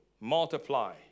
multiply